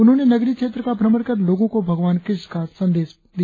उन्होंने नगरीय क्षेत्र का भ्रमण कर लोगों को भगवान कृष्ण का संदेश दिया